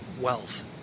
wealth